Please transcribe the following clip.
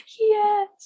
yes